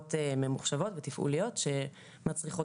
מערכות מחשוביות ותפעוליות שמצריכות